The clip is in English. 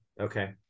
okay